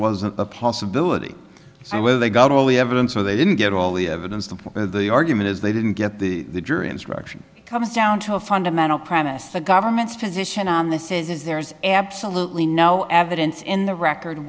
wasn't a possibility where they got all the evidence or they didn't get all the evidence to the argument is they didn't get the jury instruction comes down to a fundamental premise the government's position on this is there's absolutely no evidence in the record